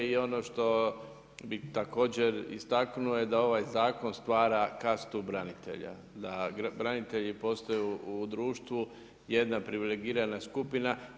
I ono što bih također istaknuo je da ovaj zakon stvara kastu branitelja, da branitelji postaju u društvu jedna privilegirana skupina.